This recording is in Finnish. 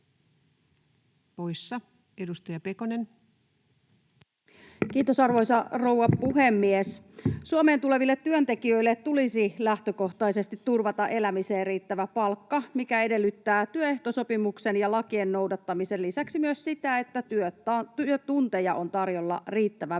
16:19 Content: Kiitos, arvoisa rouva puhemies! Suomeen tuleville työntekijöille tulisi lähtökohtaisesti turvata elämiseen riittävä palkka, mikä edellyttää työehtosopimuksen ja lakien noudattamisen lisäksi myös sitä, että työtunteja on tarjolla riittävä määrä.